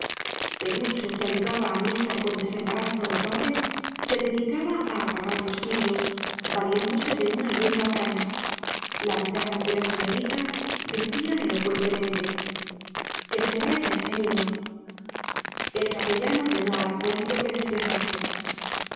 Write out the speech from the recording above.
perucho que ayudaba a misa con desembarazo notable se dedicaba a apagar los cirios valiéndose de una luenga caña la mirada de la señorita decía elocuentemente que se vaya ese niño el capellán ordenó al acólito que despejase